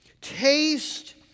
Taste